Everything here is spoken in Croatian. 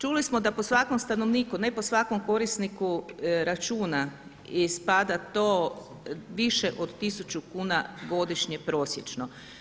Čuli smo da po svakom stanovniku, ne po svakom korisniku računa ispada to više od 1000 kuna godišnje prosječno.